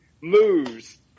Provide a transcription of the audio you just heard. moves